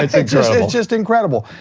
it's just incredible.